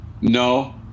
No